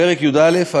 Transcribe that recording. פרק י"א,